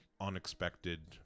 unexpected